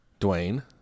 Dwayne